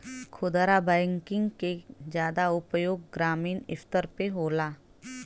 खुदरा बैंकिंग के जादा उपयोग ग्रामीन स्तर पे होला